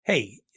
Hey